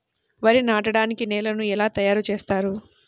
వరి నాటడానికి నేలను ఎలా తయారు చేస్తారు?